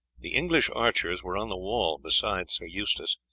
the english archers were on the wall beside sir eustace,